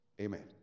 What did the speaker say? Amen